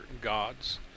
gods